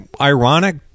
ironic